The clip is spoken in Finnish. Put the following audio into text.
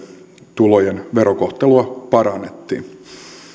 tulojen verokohtelua parannettiin